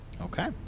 Okay